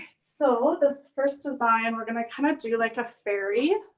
so, this first design, we're gonna kind of do like a fairy.